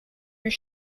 your